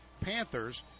Panthers